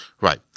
Right